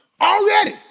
Already